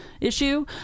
issue